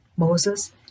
Moses